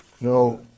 No